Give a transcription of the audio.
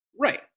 Right